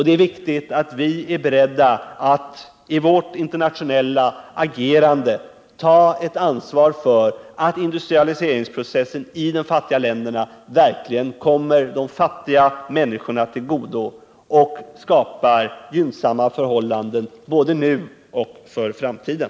Det är viktigt att vi är beredda att i vårt internationella agerande ta ett ansvar för att industrialiseringsprocessen i de fattiga länderna verkligen kommer de fattiga människorna till godo och skapar gynnsamma förhållanden både nu och för framtiden.